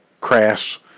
crass